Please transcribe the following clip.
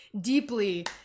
deeply